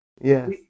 yes